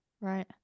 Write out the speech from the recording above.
right